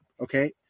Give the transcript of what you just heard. okay